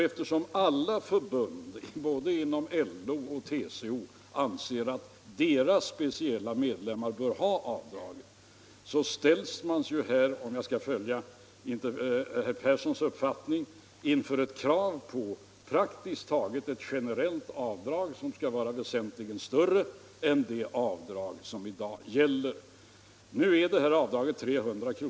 Eftersom alla förbund, inom både LO och TCO, anser att deras speciella medlemmar skall ha avdragsrätt så ställs man här - om man vill följa den uppfattning som herr Persson i Karlstad har —- inför kravet på ett praktiskt taget generellt avdrag som skulle vara väsentligt större än nu gällande avdrag. Avdragsbeloppet på 300 kr.